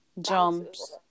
jumps